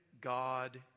God